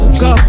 go